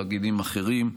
תאגידים אחרים.